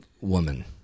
woman